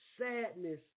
sadness